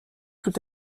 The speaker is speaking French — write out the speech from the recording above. tout